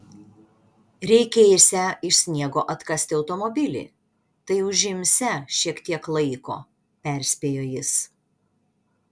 reikėsią iš sniego atkasti automobilį tai užimsią šiek tiek laiko perspėjo jis